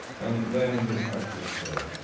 and then his heart stood still.